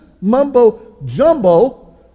mumbo-jumbo